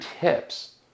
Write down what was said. tips